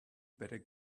better